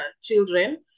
children